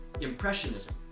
Impressionism